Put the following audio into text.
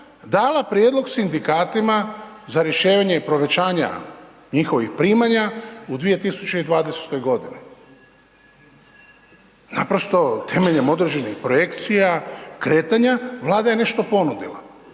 dala prijedlog sindikatima za rješenje povećanja njihovih primanja u 2020. godini. Naprosto temeljem određenih projekcija kretanja, Vlada je nešto ponudila.